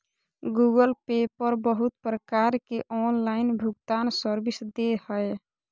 Google Pay पर बहुत प्रकार के ऑनलाइन भुगतान सर्विस दे हय